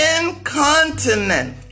incontinent